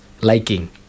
liking